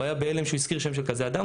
הוא היה בהלם שהוא הזכיר שם של כזה אדם.